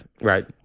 Right